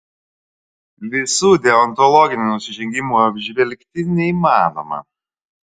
visų deontologinių nusižengimų apžvelgti neįmanoma